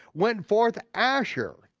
went forth asher.